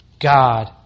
God